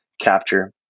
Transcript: capture